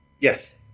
Yes